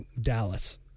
Dallas